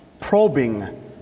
probing